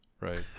right